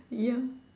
ya